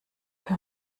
hör